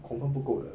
confirm 不够的